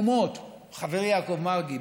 חברי יעקב מרגי,